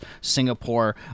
Singapore